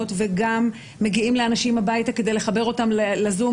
וגם מגיעים לאנשים הביתה כדי לחבר אותם לזום,